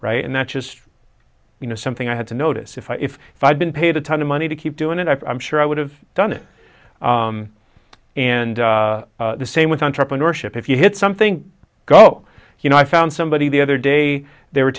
and that's just you know something i had to notice if i if if i'd been paid a ton of money to keep doing it i'm sure i would have done it and the same with entrepreneurship if you hit something go you know i found somebody the other day they were